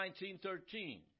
19.13